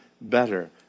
better